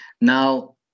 Now